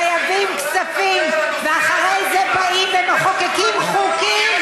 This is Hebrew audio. חייבים כספים, ואחרי זה באים ומחוקקים חוקים,